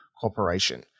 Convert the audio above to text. Corporation